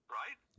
right